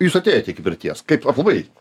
jūs atėjot iki pirties kaip aplamai